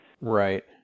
Right